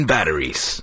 Batteries